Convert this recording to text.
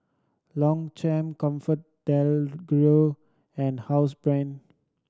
Longchamp ComfortDelGro and Housebrand